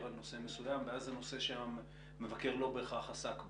על נושא מסוים ואז זה נושא שהמבקר לא בהכרח עסק בו,